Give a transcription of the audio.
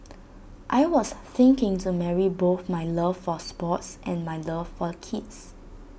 I was thinking to marry both my love for sports and my love for the kids